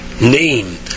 name